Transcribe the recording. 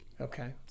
Okay